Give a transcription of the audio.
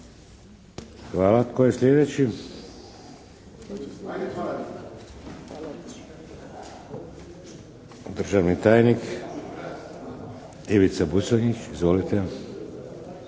Hvala. Tko je sljedeći? Državni tajnik Ivica Buconjić, izvolite.